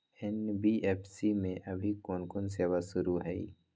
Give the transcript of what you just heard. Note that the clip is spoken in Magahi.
एन.बी.एफ.सी में अभी कोन कोन सेवा शुरु हई?